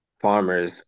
Farmers